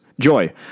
joy